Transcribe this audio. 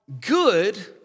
good